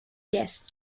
guest